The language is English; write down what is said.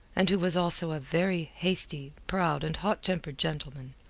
and who was also a very hasty, proud, and hot-tempered gentleman.